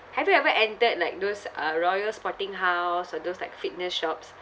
have you ever entered like those uh Royal Sporting House or those like fitness shops